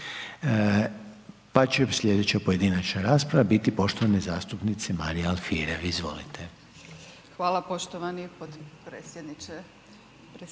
Pa će slijedeća pojedinačna rasprava biti poštovane zastupnice Marije Alfirev, izvolite. **Alfirev, Marija